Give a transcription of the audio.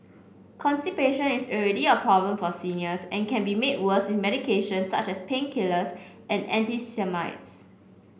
constipation is already a problem for seniors and can be made worse with medications such as painkillers and antihistamines